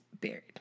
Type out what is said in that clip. buried